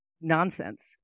nonsense